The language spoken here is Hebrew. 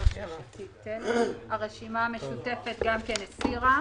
גם הרשימה המשותפת הסירה.